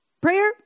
Prayer